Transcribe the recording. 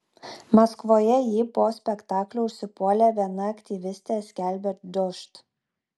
maskvoje jį po spektaklio užsipuolė viena aktyvistė skelbia dožd